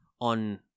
on